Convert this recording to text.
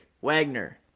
Wagner